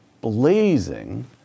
Blazing